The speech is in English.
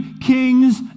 kings